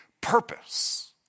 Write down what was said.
purpose